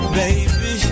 baby